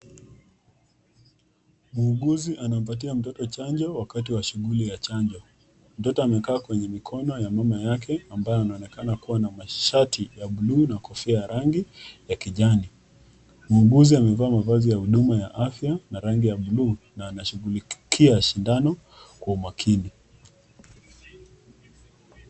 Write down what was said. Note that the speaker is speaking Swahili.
Muuguzi anampatia mtoto chanjo wakati wa shughuli ya chanjo, mtoto amekaa kwenye mikono ya mama yake ambaye anaonekana kuwa na mashati ya buluu na kofia ya rangi ya kijani. Muuguzi amevaa mavazi ya huduma ya afya na rangi ya buluu na anashughulikia sindano kwa umakini.